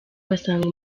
basanga